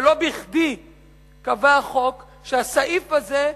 ולא בכדי קבע החוק שהסעיף הזה,